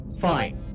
fine